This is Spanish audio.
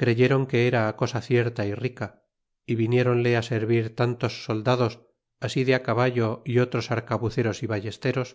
creyron que era á cosa cierta y rica y viniéronle á servir tantos soldados así de acaballo y otros arcabuceros y ballesteros